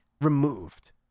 removed